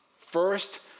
First